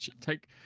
take